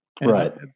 Right